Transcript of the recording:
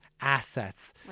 assets